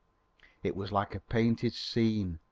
it was like a painted scene